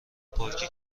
پارکی